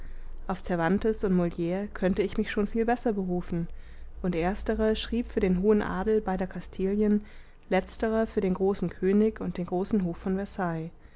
auf cervantes und molire könnte ich mich schon viel besser berufen und ersterer schrieb für den hohen adel beider kastilien letzterer für den großen könig und den großen hof von versailles